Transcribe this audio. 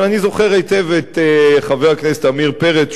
אבל אני זוכר היטב את חבר הכנסת עמיר פרץ,